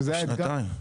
שזה --- לשנתיים.